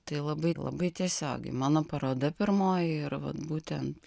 tai labai labai tiesiogiai mano paroda pirmoji ir vat būtent